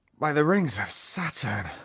by the rings of saturn,